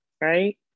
right